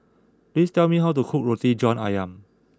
please tell me how to cook Roti John Ayam